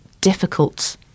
difficult